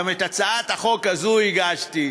גם את הצעת החוק הזו הגשתי.